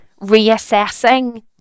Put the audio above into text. reassessing